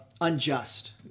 unjust